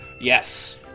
Yes